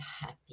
happy